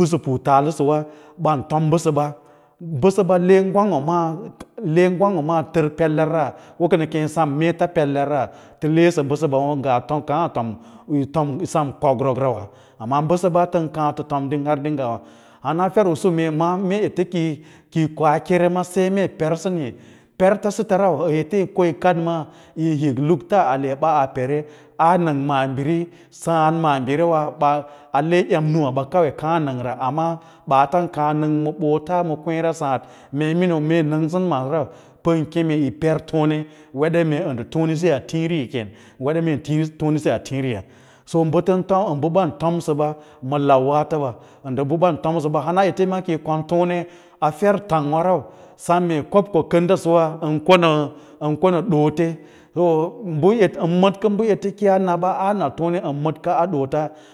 pusapu taalasawa bantom bəsəba ɓəsəbə le gwarg wa maa le gmag wa maa tar pdera u kana kee sem meets pelerra ta lesə nəsə ba wa nga ngwa laa a tom yei tom yisem kokrokrawa ammaus yi kad maa yo huk lukta ale baa pere aa nang maabiri saàd maabiri woa baa ale em nuusaba kawai kaa a nang baatan kas nang ma boots ma kwaeera saad mee minii mee nangsən maaso nau pen keme yin perton weda mee a ndə tonesi a tiiriya kea-nan weda mee tone si a tiiriya batantomsa anban tomsa ba ma lau waatowa ba ba tomsa ba dana ete ma kiyis kon tone fer tangwa rau sem mee kob ko kanda suwa an konə dote an madkə ɓa ete kiyaa ndza aa na tone ən mədkaa a doots.